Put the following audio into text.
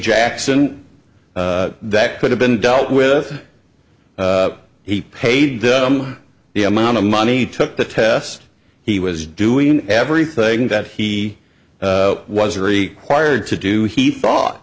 jackson that could have been dealt with he paid them the amount of money took the test he was doing everything that he was required to do he thought